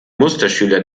musterschüler